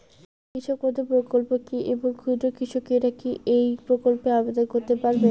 কৃষক বন্ধু প্রকল্প কী এবং ক্ষুদ্র কৃষকেরা কী এই প্রকল্পে আবেদন করতে পারবে?